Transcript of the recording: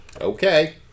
Okay